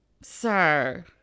Sir